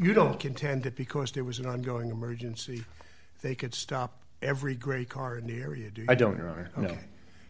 you don't contend that because there was an ongoing emergency they could stop every gray car in the area i don't know